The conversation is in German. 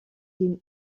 den